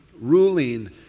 ruling